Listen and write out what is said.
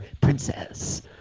princess